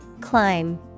Climb